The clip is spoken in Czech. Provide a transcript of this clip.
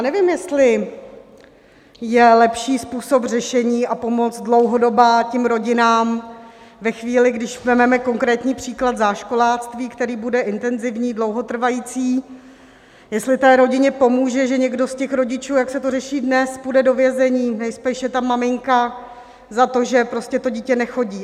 Nevím, jestli je lepší způsob řešení a pomoc dlouhodobá těm rodinám ve chvíli, když vezmeme konkrétní příklad záškoláctví, který bude intenzivní, dlouhotrvající, jestli té rodině pomůže, že někdo z těch rodičů, jak se to řeší dnes, půjde do vězení, nejspíše ta maminka, za to, že prostě to dítě nechodí.